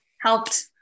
helped